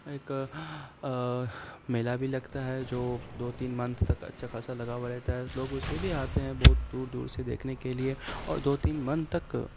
ایک میلہ بھی لگتا ہے جو دو تین منتھ تک اچھا خاصہ لگا ہوا رہتا ہے لوگ اسے بھی آتے ہیں بہت دور دور سے دیکھنے کے لیے اور دو تین منتھ تک